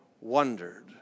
wondered